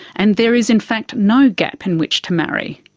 and there is in fact no gap in which to marry.